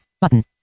button